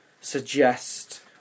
suggest